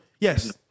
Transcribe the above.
Yes